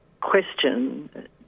question